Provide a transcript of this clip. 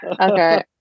Okay